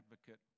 advocate